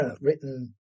written